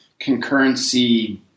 concurrency